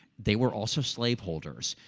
they were also slave holders.